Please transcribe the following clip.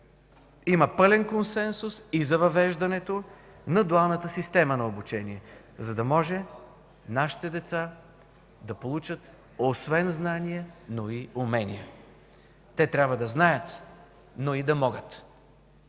Има пълен консенсус и за въвеждането на дуалната система на обучение, за да може нашите деца да получат освен знания, но и умения. Те трябва да знаят, но и да могат.